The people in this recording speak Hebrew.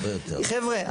חבר'ה,